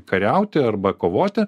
kariauti arba kovoti